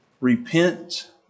Repent